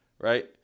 Right